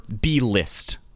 B-list